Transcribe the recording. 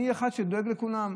אני אחד שדואג לכולם.